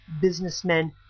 businessmen